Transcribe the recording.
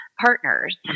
partners